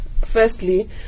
firstly